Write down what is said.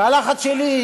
מהלחץ שלי,